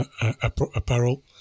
apparel